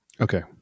okay